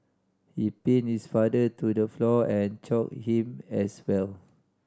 he pinned his father to the floor and choked him as well